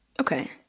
Okay